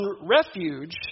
refuge